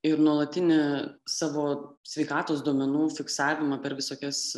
ir nuolatinį savo sveikatos duomenų fiksavimą per visokias